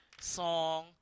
song